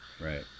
Right